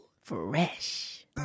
Fresh